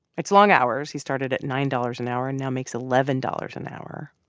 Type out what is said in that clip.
it's long hours. he started at nine dollars an hour and now makes eleven dollars an hour.